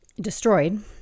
destroyed